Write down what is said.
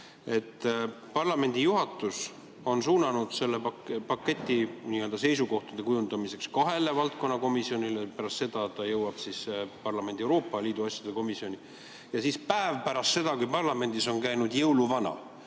Parlamendi juhatus on suunanud selle paketi seisukohtade kujundamiseks kahele valdkonna komisjonile, pärast seda jõuab see Euroopa Liidu asjade komisjoni, ja siis päev pärast seda, kui parlamendis on käinud jõuluvana,